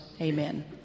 amen